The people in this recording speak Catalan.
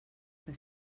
que